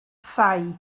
thai